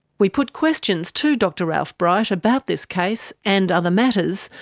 we put questions to dr ralph bright about this case, and other matters,